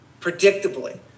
predictably